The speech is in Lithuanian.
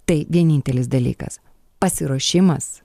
tai vienintelis dalykas pasiruošimas